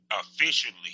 officially